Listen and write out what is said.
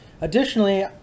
Additionally